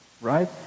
right